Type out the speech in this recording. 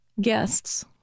guests